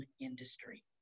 industry